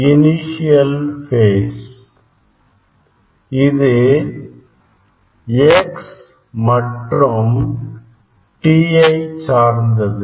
இது X மற்றும் t யை சார்ந்தது